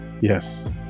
Yes